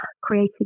creating